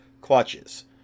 clutches